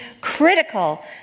critical